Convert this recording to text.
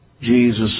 Jesus